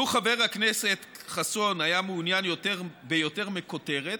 לו חבר הכנסת חסון היה מעוניין ביותר מכותרת,